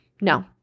no